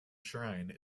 shrine